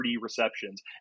receptions